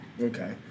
Okay